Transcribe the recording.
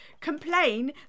complain